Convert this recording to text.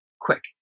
quick